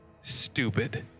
stupid